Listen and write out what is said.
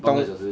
but